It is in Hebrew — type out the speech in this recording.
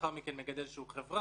לאחר מכן מגדל שהוא חבר,